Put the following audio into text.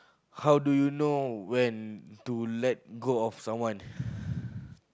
how do you know when to let go of someone